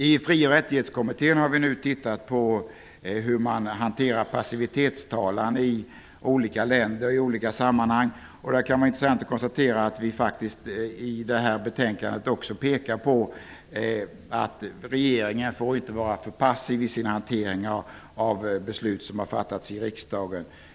I Fri och rättighetskommittén har vi nu sett på hur man hanterar passivitetstalan i olika sammanhang i olika länder. Det kan vara intressant att konstatera att vi i detta betänkande också pekar på att regeringen inte får vara för passiv i sin hantering av beslut som har fattats i riksdagen.